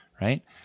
right